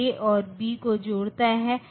तो ये नंबर उस रेंज में फिट होते हैं